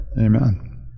Amen